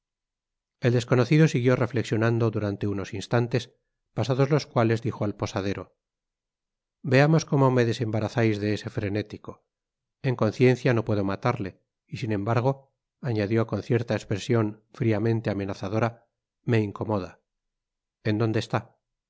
el desconocido siguió reflexionando durante míos instantes pasados los cuales dijo al posadero veamos como me desembarazais de esc frenético en conciencia no puedo matarle y sin embargo añadió con cierta espresion fríamente amenazadora me incomoda en dónde está en